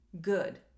good